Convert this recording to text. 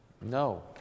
No